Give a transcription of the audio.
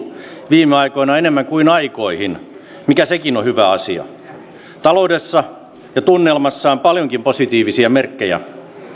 viime aikoina enemmän kuin aikoihin mikä sekin on hyvä asia taloudessa ja tunnelmassa on paljonkin positiivisia merkkejä